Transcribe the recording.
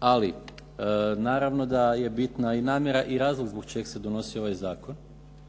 Ali naravno da je bitna i namjera i razlog zbog čega se donosio ovaj zakon.